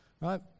right